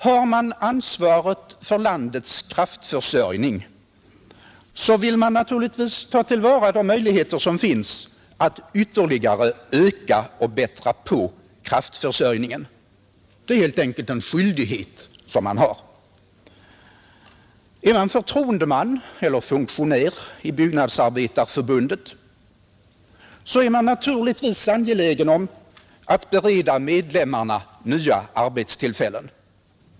Har man ansvaret för landets kraftförsörjning, så vill man naturligtvis ta till vara de möjligheter som finns att ytterligare öka och bättra på kraftförsörjningen — det är helt enkelt en skyldighet som man har. Är man förtroendeman eller funktionär i byggnadsarbetareförbundet, så är man naturligtvis angelägen om att bereda medlemmarna nya arbetstillfällen.